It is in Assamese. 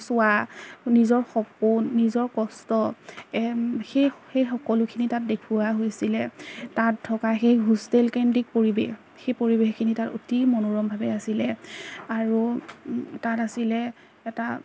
চোৱা নিজৰ সপোন নিজৰ কষ্ট এই সেই সেই সকলোখিনি তাত দেখুওৱা হৈছিলে তাত থকা সেই হোষ্টেল কেন্দ্ৰিক পৰিৱেশ সেই পৰিৱেশখিনি তাত অতি মনোৰমভাৱে আছিলে আৰু তাত আছিলে এটা